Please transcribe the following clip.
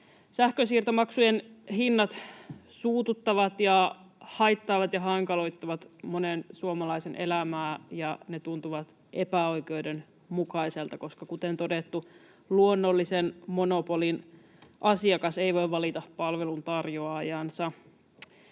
Sähkön siirtohinnat suututtavat ja haittaavat ja hankaloittavat monen suomalaisen elämää, ja ne tuntuvat epäoikeudenmukaisilta, koska kuten todettu, luonnollisen monopolin asiakas ei voi valita palveluntarjoajaansa.